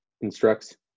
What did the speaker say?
instructs